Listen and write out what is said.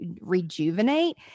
rejuvenate